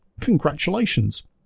congratulations